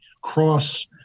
cross